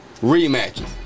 rematches